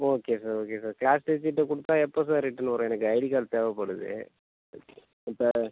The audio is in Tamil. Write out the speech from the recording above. okay sir okay sir class teacher கிட்ட கொடுத்தா எப்போ சார் ரிட்டன் வரும் எனக்கு ஐடி கார்ட் தேவைப்படுது ஓகே இப்போ